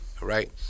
Right